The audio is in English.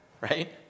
right